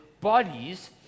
bodies